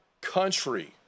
country